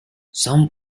some